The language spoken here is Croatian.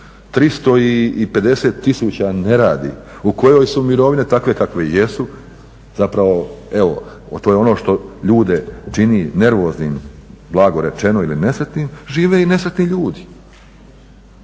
350 tisuća ne radi, u kojoj su mirovine takve kakve jesu, zapravo to je ono što ljude čini nervoznim, blago rečeno ili nesretnim, žive i nesretni ljudi.